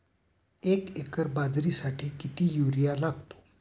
एक एकर बाजरीसाठी किती युरिया लागतो?